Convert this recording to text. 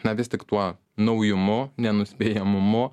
na vis tik tuo naujumu nenuspėjamumu